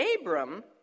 Abram